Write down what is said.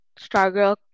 Stargirl